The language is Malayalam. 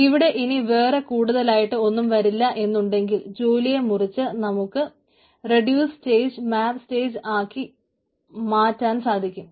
ഇവിടെ ഇനി വേറെ കൂടുതലായിട്ട് ഒന്നും വരില്ല എന്നുണ്ടെങ്കിൽ ജോലിയെ മുറിച്ച് നമ്മൾക്ക് റെഡ്യൂസ് സ്റ്റേജ് മാപ്പ് സ്റ്റേജ് ആക്കി മാറ്റാൻ സാധിക്കും